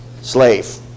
Slave